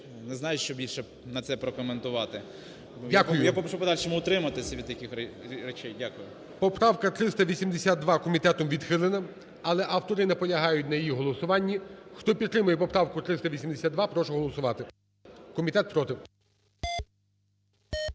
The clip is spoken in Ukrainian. не знаю, що більше на це прокоментувати. Я попрошу у подальшому утриматися від таких речей. Дякую. ГОЛОВУЮЧИЙ. Дякую. Поправка 382 комітетом відхилена, але автори наполягають на її голосуванні. Хто підтримує поправку 382, прошу голосувати. Комітет проти.